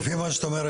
לפי מה שאתה אומר,